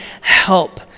help